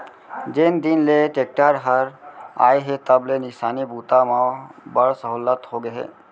जेन दिन ले टेक्टर हर आए हे तब ले किसानी बूता म बड़ सहोल्लत होगे हे